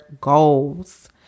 goals